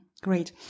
Great